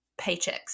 paychecks